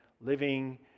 living